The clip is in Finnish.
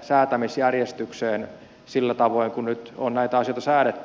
säätämisjärjestykseen sillä tavoin kuin nyt on näitä asioita säädetty